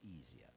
easier